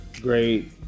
great